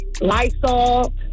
Lysol